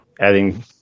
adding